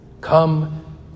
Come